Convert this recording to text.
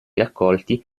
raccolti